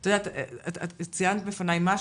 את ציינת בפני משהו.